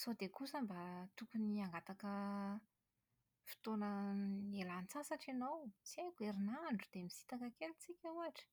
Sao dia kosa mba tokony hangataka fotoana ialan-tsasatra ianao? Tsy haiko, herinandro dia mba misintaka kely tsika ohatra!